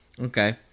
Okay